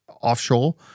offshore